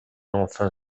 enfin